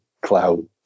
cloud